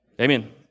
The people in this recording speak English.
Amen